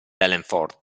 behlendorf